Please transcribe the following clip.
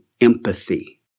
empathy